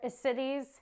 cities